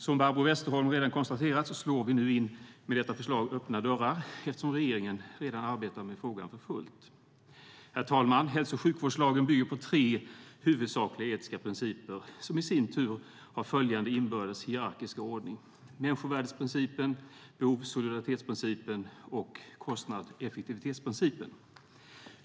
Som Barbro Westerholm redan konstaterat slår vi med detta förslag in öppna dörrar eftersom regeringen redan arbetar med frågan för fullt. Herr talman! Hälso och sjukvårdslagen bygger på tre huvudsakliga etiska principer, som i sin tur har följande inbördes hierarkiska ordning; människovärdesprincipen, behovs och solidaritetsprincipen samt kostnads och effektivitetsprincipen.